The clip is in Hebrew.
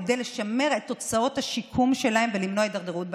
כדי לשמר את תוצאות השיקום שלהם ולמנוע הידרדרות בהמשך.